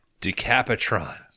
Decapitron